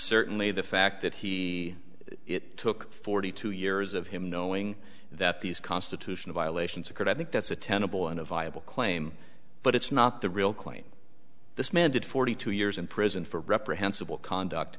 certainly the fact that he it took forty two years of him knowing that these constitutional violations occurred i think that's a tenable and a viable claim but it's not the real claim this man did forty two years in prison for reprehensible conduct